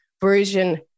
version